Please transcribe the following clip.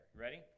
Ready